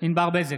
ענבר בזק,